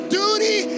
duty